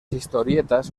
historietas